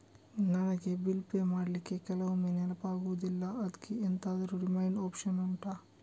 ನನಗೆ bill pay ಮಾಡ್ಲಿಕ್ಕೆ ಕೆಲವೊಮ್ಮೆ ನೆನಪಾಗುದಿಲ್ಲ ಅದ್ಕೆ ಎಂತಾದ್ರೂ ರಿಮೈಂಡ್ ಒಪ್ಶನ್ ಉಂಟಾ